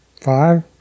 five